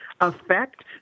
effect